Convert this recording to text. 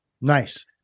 Nice